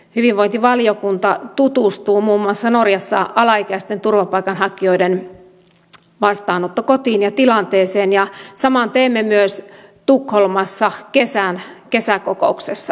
hyvinvointivaliokunta tutustuu muun muassa norjassa alaikäisten turvapaikanhakijoiden vastaanottokotiin ja tilanteeseen ja saman teemme myös tukholmassa kesäkokouksessamme